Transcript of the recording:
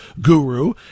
guru